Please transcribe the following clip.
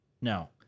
No